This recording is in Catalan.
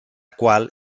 qual